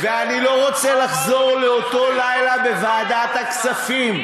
ואני לא רוצה לחזור לאותו לילה בוועדת הכספים,